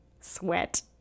sweat